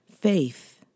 faith